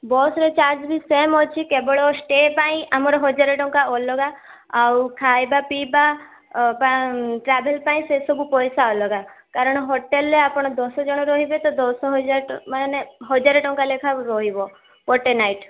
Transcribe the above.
ବସ୍ରେ ଚାର୍ଜ ବି ସେମ୍ ଅଛି କେବଳ ଷ୍ଟେ ପାଇଁ ଆମର ହଜାର ଟଙ୍କା ଅଲଗା ଆଉ ଖାଇବା ପିଇବା ଟ୍ରାଭେଲ୍ ପାଇଁ ସେସବୁ ପଇସା ଅଲଗା କାରଣ ହୋଟେଲ୍ରେ ଆପଣ ଦଶ ଜଣ ରହିବେ ତ ଦଶ ହଜାର ଟ ମାନେ ହଜାରେ ଟଙ୍କା ଲେଖାଏଁ ରହିବ ଗୋଟେ ନାଇଟ୍